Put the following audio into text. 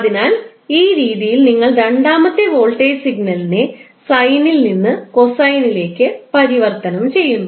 അതിനാൽ ഈ രീതിയിൽ നിങ്ങൾ രണ്ടാമത്തെ വോൾട്ടേജ് സിഗ്നലിനെ സൈനിൽ നിന്ന് കോസൈനിലേക്ക് പരിവർത്തനം ചെയ്യുന്നു